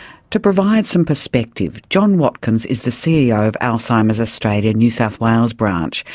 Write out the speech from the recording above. to provide some perspective, john watkins is the ceo of alzheimer's australia, new south wales branch,